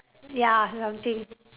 ya something